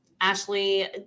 ashley